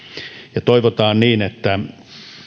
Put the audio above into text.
ja toivotaan niin että